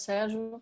Sérgio